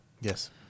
Yes